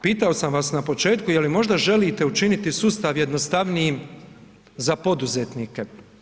Pitao sam vas na početku je li možda želite učiniti sustav jednostavnijim za poduzetnike.